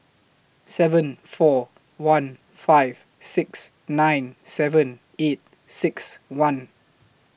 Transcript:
seven four one five six nine seven eight six one